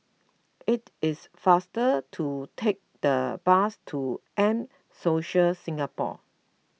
it is faster to take the bus to M Social Singapore